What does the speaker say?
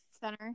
center